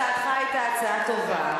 הצעתך היתה הצעה טובה,